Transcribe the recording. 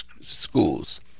schools